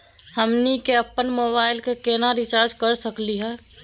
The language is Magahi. हमनी के अपन मोबाइल के केना रिचार्ज कर सकली हे?